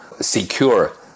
secure